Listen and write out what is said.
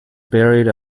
buried